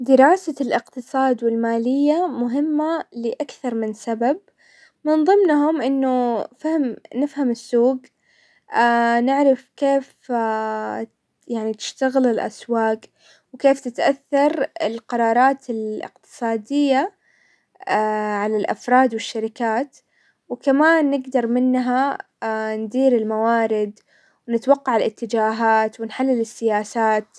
دراسة الاقتصاد والمالية مهمة لاكثر من سبب، من ضمنهم انه فهم- نفهم السوق، نعرف كيف يعني تشتغل الاسواق، وكيف تتأثر القرارات الاقتصادية على الافراد والشركات، وكمان نقدر منها ندير الموارد، ونتوقع الاتجاهات، ونحلل السياسات.